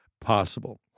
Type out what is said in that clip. possible